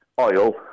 oil